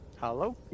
Hello